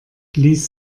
ließ